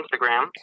Instagram